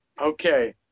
Okay